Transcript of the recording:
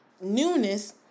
newness